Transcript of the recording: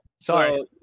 Sorry